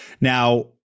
Now